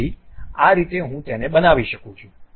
તેથી આ રીતે હું તેને બનાવી શકું છું